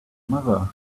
mother